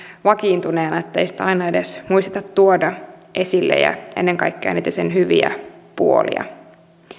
vakiintuneena ettei sitä aina edes muisteta tuoda esille ja ennen kaikkea niitä sen hyviä puolia